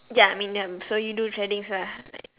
ya I mean ya um so you do threadings lah like